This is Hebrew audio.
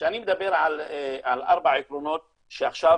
כשאני מדבר על ארבעה עקרונות שעכשיו